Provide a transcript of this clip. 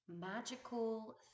magical